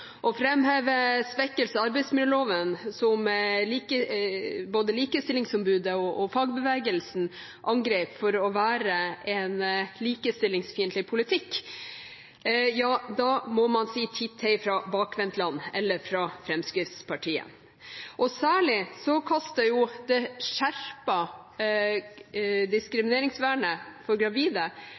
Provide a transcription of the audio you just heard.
svekkelse av arbeidsmiljøloven – noe både likestillingsombudet og fagbevegelsen angrep for å være en likestillingsfiendtlig politikk – er å si titt-tei fra bakvendtland – eller fra Fremskrittspartiet. Særlig får det skjerpede diskrimineringsvernet for gravide